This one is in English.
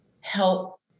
help